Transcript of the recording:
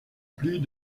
plus